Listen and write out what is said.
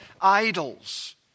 idols